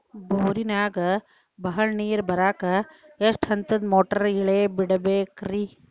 ಬೋರಿನಾಗ ಬಹಳ ನೇರು ಬರಾಕ ಎಷ್ಟು ಹಂತದ ಮೋಟಾರ್ ಇಳೆ ಬಿಡಬೇಕು ರಿ?